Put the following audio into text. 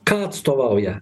ką atstovauja